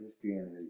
Christianity